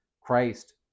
Christ